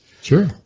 Sure